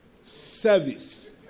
Service